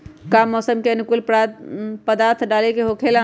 का मौसम के अनुकूल खाद्य पदार्थ डाले के होखेला?